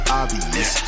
obvious